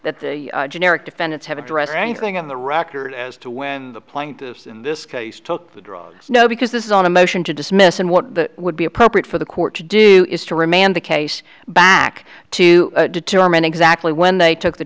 that the generic defendants have addressed anything on the record as to when the plaintiffs in this case took the drugs no because this is on a motion to dismiss and what would be appropriate for the court to do is to remand the case back to determine exactly when they took the